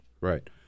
Right